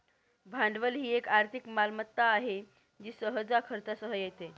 भांडवल ही एक आर्थिक मालमत्ता आहे जी सहसा खर्चासह येते